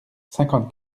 cinquante